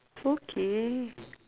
okay